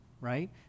right